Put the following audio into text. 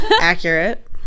Accurate